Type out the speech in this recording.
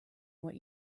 what